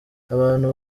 abantu